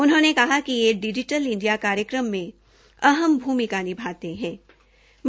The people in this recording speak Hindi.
उन्होंने कहा कि यह डिजीटल इंडिया कार्यक्रम में अहम भूमिका निभाते हे